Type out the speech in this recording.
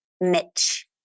Mitch